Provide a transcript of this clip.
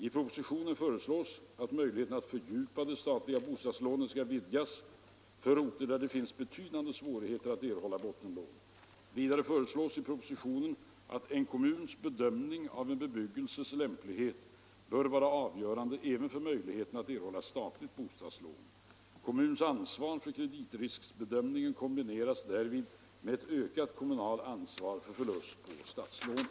I propositionen föreslås att möjligheten att fördjupa det statliga bostadslånet skall vidgas för orter där det finns betydande svårigheter att erhålla bottenlån. Vidare föreslås i propositionen att en kommuns bedömning av en bebyggelses lämplighet bör vara avgörande även för möjligheten att erhålla statligt bostadslån. Kommuns ansvar för kreditriskbedömningen kombineras därvid med ett ökat kommunalt ansvar för förlust på statslånet.